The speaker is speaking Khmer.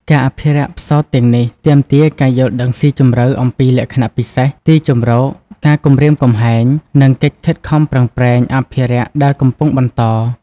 ការអភិរក្សផ្សោតទាំងនេះទាមទារការយល់ដឹងស៊ីជម្រៅអំពីលក្ខណៈពិសេស ទីជម្រក ការគំរាមកំហែង និងកិច្ចខិតខំប្រឹងប្រែងអភិរក្សដែលកំពុងបន្ត។